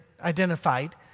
identified